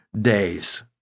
days